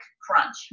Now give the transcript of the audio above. crunch